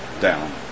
down